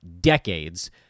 decades